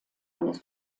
eines